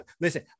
Listen